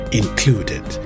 included